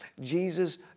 Jesus